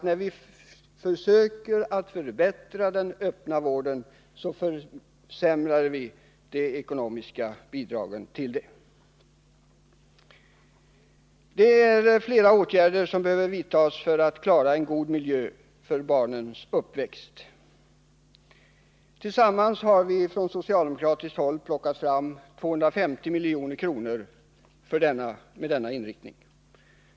När vi nu försöker förbättra den öppna vården, försämras de ekonomiska bidragen till denna. Det är flera åtgärder som behöver vidtas för att klara en god miljö för barnens uppväxt. Tillsammans har vi från socialdemokratiskt håll plockat fram 250 milj.kr. för denna inriktning.